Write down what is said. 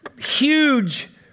Huge